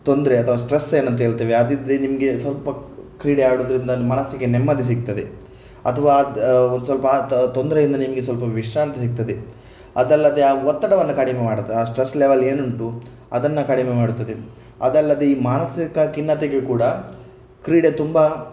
ತೊಂದರೆ ಅಥವಾ ಸ್ಟ್ರೆಸ್ ಏನಂತ ಹೇಳ್ತೇವೆ ಅದಿದ್ದರೆ ನಿಮಗೆ ಸ್ವಲ್ಪ ಕ್ರೀಡೆ ಆಡುವುದ್ರಿಂದ ಮನಸ್ಸಿಗೆ ನೆಮ್ಮದಿ ಸಿಗ್ತದೆ ಅಥವಾ ದ ಒಂದು ಸ್ವಲ್ಪ ತೊಂದರೆಯಿಂದ ನಿಮಗೆ ಸ್ವಲ್ಪ ವಿಶ್ರಾಂತಿ ಸಿಗ್ತದೆ ಅದಲ್ಲದೆ ಆ ಒತ್ತಡವನ್ನು ಕಡಿಮೆ ಮಾಡತ್ತೆ ಆ ಸ್ಟ್ರೆಸ್ ಲೆವೆಲ್ ಏನುಂಟು ಅದನ್ನು ಕಡಿಮೆ ಮಾಡುತ್ತದೆ ಅದಲ್ಲದೆ ಈ ಮಾನಸಿಕ ಖಿನ್ನತೆಗೆ ಕೂಡ ಕ್ರೀಡೆ ತುಂಬ